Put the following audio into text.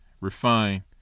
refine